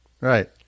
right